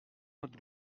notre